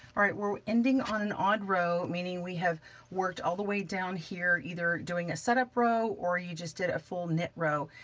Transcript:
all right, we're ending on an odd row, meaning we have worked all the way down here, either doing a setup row, or you just did a full knit row.